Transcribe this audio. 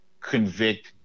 convict